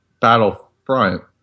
Battlefront